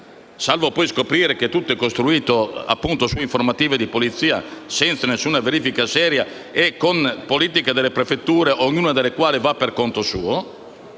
salvo poi scoprire che tutto è costruito su informative di Polizia, senza alcuna verifica seria e secondo le politiche delle prefetture, ognuna delle quali va per conto suo.